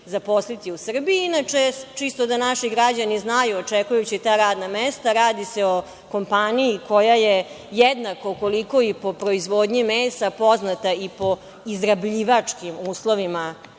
zaposliti u Srbiji. Inače, čisto da naši građani znaju, očekujući ta radna mesta, radi se o kompaniji koja je jednaka koliko i po proizvodnji mesa, poznata i po izrabljivačkim uslovima